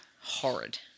Horrid